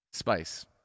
Spice